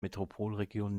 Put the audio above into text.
metropolregion